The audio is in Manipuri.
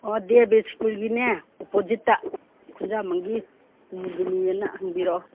ꯑꯣ ꯗꯦꯕ ꯁ꯭ꯀꯨꯜꯒꯤꯅꯦ ꯑꯣꯄꯣꯖꯤꯠꯇ ꯈꯨꯟꯖꯥꯕꯝꯒꯤ ꯀꯨꯃꯤꯗꯤꯅꯤꯅ ꯍꯪꯕꯤꯔꯣ